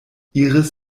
iris